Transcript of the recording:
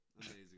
amazing